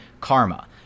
Karma